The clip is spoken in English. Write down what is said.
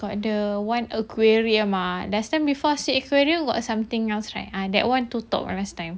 got the what aquarium ah last time before sea aquarium got something else right ah that one tutup last time